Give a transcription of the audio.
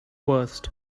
worst